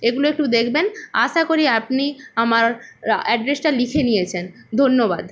এগুলো একটু দেখবেন আশা করি আপনি আমার রা অ্যাড্রেসটা লিখে নিয়েছেন ধন্যবাদ